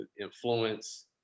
influence